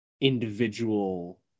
individual